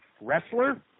Wrestler